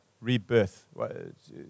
rebirth